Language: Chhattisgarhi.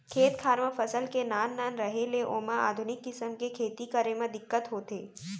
खेत खार म फसल के नान नान रहें ले ओमा आधुनिक किसम के खेती करे म दिक्कत होथे